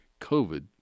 COVID